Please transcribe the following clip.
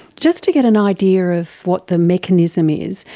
just to get an idea of what the mechanism is,